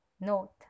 note